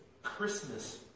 Christmas